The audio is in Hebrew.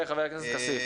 כן, חבר הכנסת כסיף.